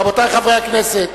רבותי חברי הכנסת.